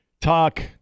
Talk